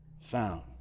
found